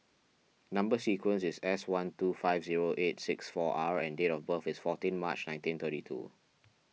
Number Sequence is S one two five zero eight six four R and date of birth is fourteen March nineteen thirty two